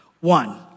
One